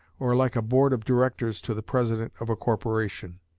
or like a board of directors to the president of a corporation.